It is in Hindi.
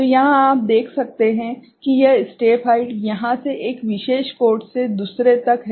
तो यहां आप देख सकते हैं कि यह स्टेप हाइट यहां से एक विशेष कोड से दूसरे तक है